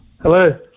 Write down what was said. Hello